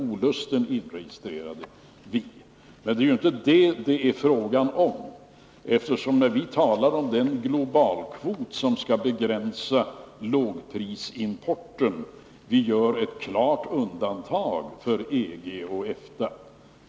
Olusten inregistrerade vi emellertid. Det är dock inte detta som det handlar om. När vi talar om den globalkvot som skall begränsa lågprisimporten gör vi ett klart undantag för EG och EFTA.